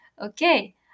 Okay